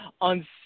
on